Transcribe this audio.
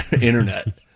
internet